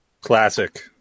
Classic